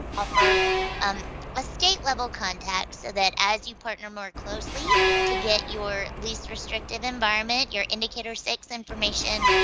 offer um a state level contact so that, as you partner more closely to get your least restrictive environment, your indicator six information